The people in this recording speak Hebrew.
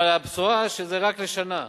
אבל הבשורה היא שזה רק לשנה.